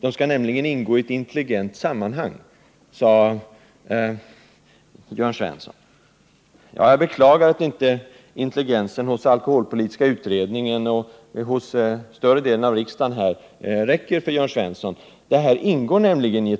Dessa skall nämligen ingå i ett intelligent sammanhang, som Jörn Svensson sade. Jag beklagar att intelligensen hos den alkoholpolitiska utredningen och större delen av riksdagen inte räcker till för Jörn Svensson. Prishöjningarna ingår nämligen i